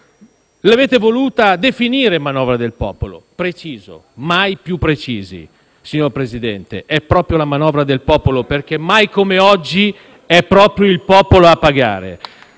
L'avete voluta definire «manovra del popolo»: preciso. Mai più precisi, signor Presidente: è proprio la manovra del popolo, perché mai come oggi è proprio il popolo a pagare.